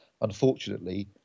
unfortunately